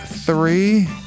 three